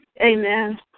Amen